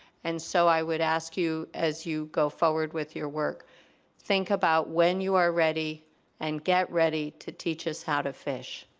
and so i would ask you as you go forward with your work think about when you are ready and get ready to teach us how to fish,